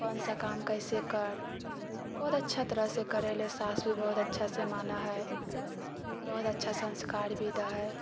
कौन सा काम कैसे करऽ बहुत अच्छा तरहसँ करेले है सासु बहुत अच्छासँ मानै है बहुत अच्छा संस्कार भी दै है